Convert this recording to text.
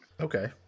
Okay